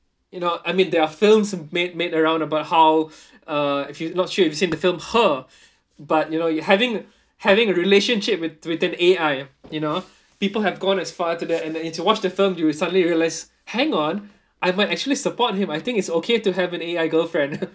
you know I mean there are films made made around about how uh if you not sure if seen the film her but you know you having having a relationship with with an A_I you know people have gone as far to that and then if you watch the film you will suddenly realize hang on I might actually support him I think it's okay to have an A_I girlfriend